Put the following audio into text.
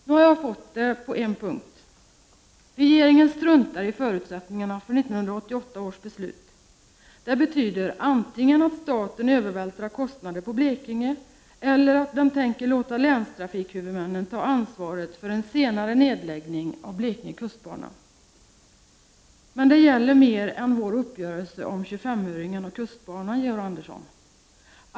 Nu har jag fått det på en punkt — regeringen struntar i förutsättningarna för 1988 års beslut. Det betyder antingen att staten övervältrar kostnader på Blekinge eller att den tänker låta länstrafikhuvudmännen ta ansvaret för en senare nedläggning av Blekinge kustbana. Men det gäller mer än vår uppgörelse om 25-öringen och kustbanan, Georg Andersson.